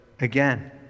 again